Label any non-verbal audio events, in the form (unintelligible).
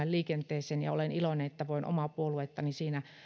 (unintelligible) liikenteeseen ja olen iloinen että voin omaa puoluettani siinä